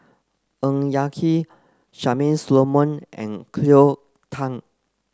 Ng Yak Whee Charmaine Solomon and Cleo Thang